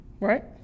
right